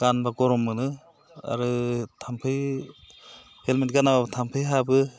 गानोबा गरम मोनो आरो थामफै हेलमेट गानाबाबो थामफै हाबो